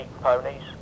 ponies